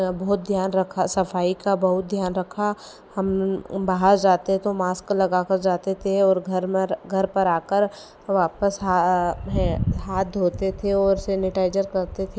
बहुत ध्यान रखा सफ़ाई का बहुत ध्यान रखा हम बाहर जाते तो मास्क लगाकर जाते थे और घर में घर पर आकर वापस हाथ धोते थे और सैनिटाइजर करते थे